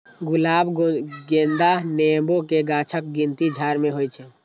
गुलाब, गेंदा, नेबो के गाछक गिनती झाड़ मे होइ छै